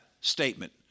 statement